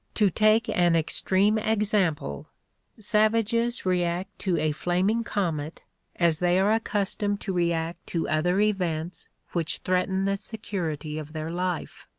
to take an extreme example savages react to a flaming comet as they are accustomed to react to other events which threaten the security of their life.